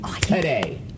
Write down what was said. today